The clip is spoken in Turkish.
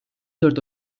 dört